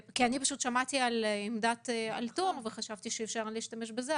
שמעתי על עמדת אל-תור וחשבתי שאפשר להשתמש בזה,